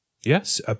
Yes